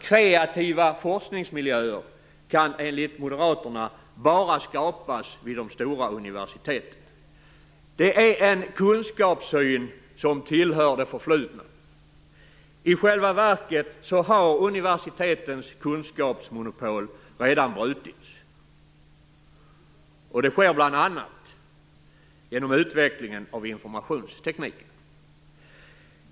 Kreativa forskningsmiljöer kan enligt Moderaterna bara skapas vid de stora universiteten. Detta är en kunskapssyn som tillhör det förflutna. I själva verket har universitetens kunskapsmonopol redan brutits. Det sker bl.a. genom utvecklingen av informationstekniken.